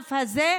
לענף הזה,